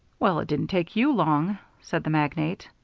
well, it didn't take you long, said the magnate.